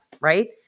right